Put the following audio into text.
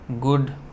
good